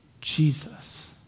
Jesus